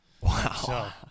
Wow